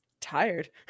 tired